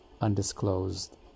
undisclosed